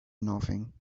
nothing